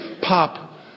pop